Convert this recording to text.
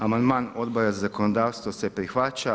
Amandman Odbora za zakonodavstvo se prihvaća.